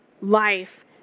life